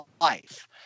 life